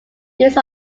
these